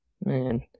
Man